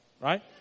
Right